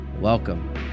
Welcome